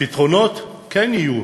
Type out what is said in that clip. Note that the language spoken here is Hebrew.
הפתרונות כן יהיו